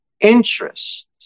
interests